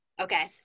Okay